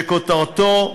שכותרתו: